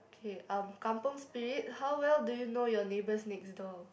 okay um kampung spirit how well do you know your neighbours next door